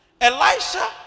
Elisha